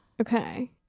okay